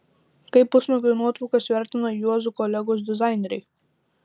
kaip pusnuogio nuotraukas vertina juozo kolegos dizaineriai